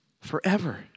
forever